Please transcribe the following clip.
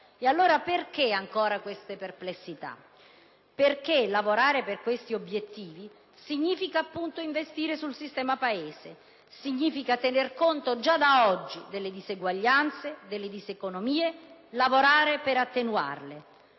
E allora perché ancora queste perplessità? Perché lavorare per questi obiettivi significa, appunto, investire sul sistema Paese; significa tener conto già da oggi delle disuguaglianze, delle diseconomie, e lavorare per attenuarle.